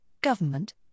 government